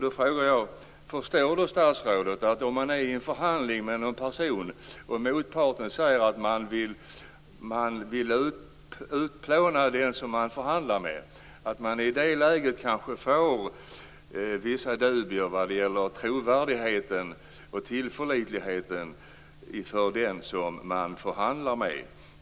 Då frågar jag: Förstår statsrådet att den som är i en förhandling med en motpart som säger att man vill utplåna den som man förhandlar med i det läget kanske får vissa dubier vad gäller trovärdigheten och tillförlitligheten inför motparten?